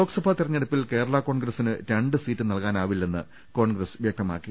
ലോക്സഭാ തെരഞ്ഞെടുപ്പിൽ കേരള കോൺഗ്രസിന് രണ്ട് സീറ്റ് നൽകാനാവില്ലെന്ന് കോൺഗ്രസ് വ്യക്തമാക്കി